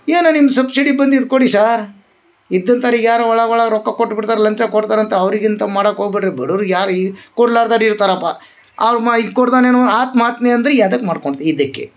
ಏನು ನಿಮ್ಮ ಸಬ್ಸಿಡಿ ಬಂದಿದ್ದ್ ಕೊಡಿ ಸಾರ್ ಇದ್ದಿರ್ತಾರೆ ಯಾರೋ ಒಳಗ ಒಳಗ ರೊಕ್ಕ ಕೊಟ್ಟು ಬಿಡ್ತಾರ ಲಂಚ ಕೊಡ್ತಾರ ಅಂತ ಅವ್ರಿಗ ಇಂಥವ್ ಮಾಡಾಕ ಹೋಗ್ಬೇಡ್ರಿ ಬಡುವ್ರಿಗ ಯಾರಿ ಕೊಡ್ಲಾರ್ದಾರ ಇರ್ತಾರಪ್ಪ ಅವ್ರ ಮಾ ಇದು ಕೊಡ್ತಾನೆನೋ ಆತ್ಮಹತ್ಯೆ ಅಂದ್ರ ಎದಕ್ಕ ಮಾಡ್ಕೊಂತ ಇದಕ್ಕೆ